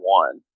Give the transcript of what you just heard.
one